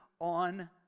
on